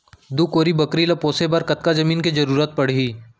दू कोरी बकरी ला पोसे बर कतका जमीन के जरूरत पढही?